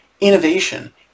innovation